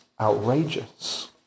outrageous